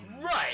Right